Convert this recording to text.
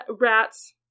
rats